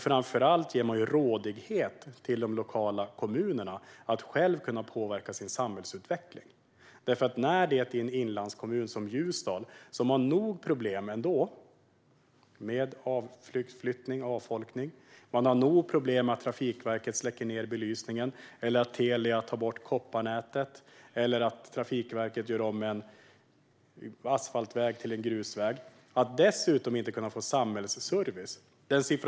Framför allt skulle man ge de lokala kommunerna rådighet att själva påverka sin samhällsutveckling. En inlandskommun som Ljusdal har nämligen nog med problem med avflyttning och avfolkning, med att Trafikverket släcker ned belysningen, med att Telia tar bort kopparnätet eller med att Trafikverket gör om en asfaltväg till en grusväg. Ska de dessutom inte kunna få samhällsservice?